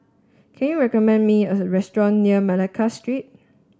can you recommend me a restaurant near Malacca Street